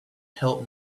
help